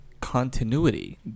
continuity